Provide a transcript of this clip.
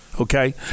okay